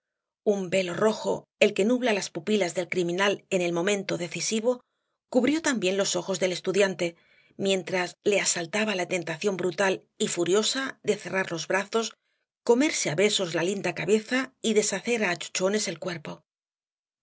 un velo rojo el que nubla las pupilas del criminal en el momento decisivo cubrió también los ojos del estudiante mientras le asaltaba la tentación brutal y furiosa de cerrar los brazos comerse á besos la linda cabeza y deshacer á achuchones el cuerpo la